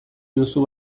duzu